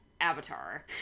Avatar